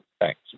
Thanks